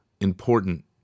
important